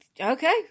Okay